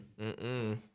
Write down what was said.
mm-mm